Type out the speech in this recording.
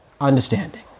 understanding